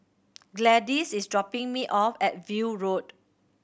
Gladyce is dropping me off at View Road